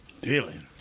Dealing